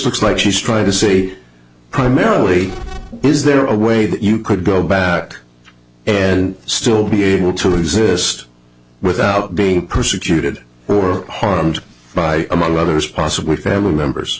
assistants like she's trying to see primarily is there a way that you could go back and still be able to exist without being persecuted or harmed by among others possibly family members